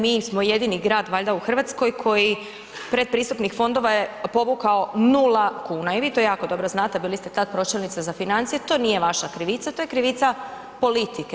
Mi smo jedini grad, valjda u Hrvatskoj koji pretpristupnih fondova je povukao 0 kuna i vi to jako dobro znate, bili ste tad pročelnica za financijske, to nije vaša krivica, to je krivica politike.